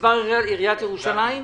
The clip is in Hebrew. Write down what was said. גזבר עיריית ירושלים.